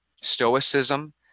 stoicism